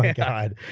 god,